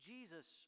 Jesus